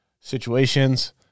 situations